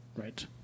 right